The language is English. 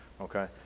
okay